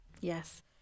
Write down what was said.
Yes